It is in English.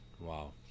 Wow